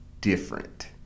different